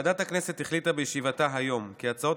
ועדת הכנסת החליטה בישיבתה היום כי הצעות